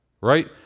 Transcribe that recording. right